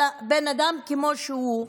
אלא בן אדם כמו שהוא,